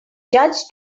judge